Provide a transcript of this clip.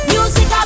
Music